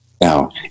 now